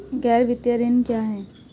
गैर वित्तीय ऋण क्या है?